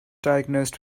diagnosed